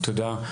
תודה.